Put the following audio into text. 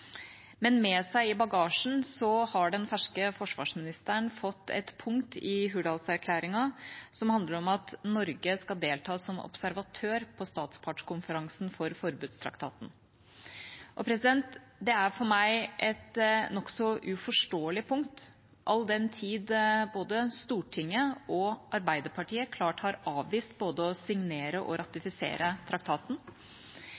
Men med seg i bagasjen har den ferske forsvarsministeren fått et punkt i Hurdalsplattformen som handler om at Norge skal delta som observatør på statspartskonferansene for forbudstraktaten. Det er for meg et nokså uforståelig punkt all den tid både Stortinget og Arbeiderpartiet klart har avvist både å signere og